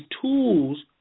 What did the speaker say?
tools